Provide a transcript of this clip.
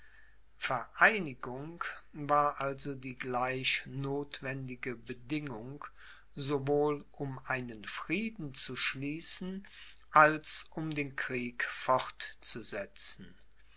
vereinigung war also die gleich notwendige bedingung sowohl um einen frieden zu schließen als um den krieg fortzusetzen